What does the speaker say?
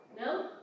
No